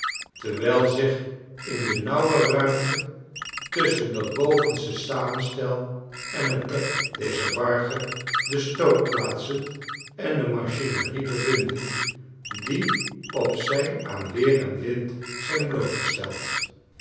terwijl zich in de nauwe ruimte tusschen dat bovenste samenstel en het dek dezer barge de stookplaatsen en demachinerie bevinden die op zij aan weer en wind zijn blootgesteld